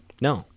No